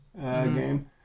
game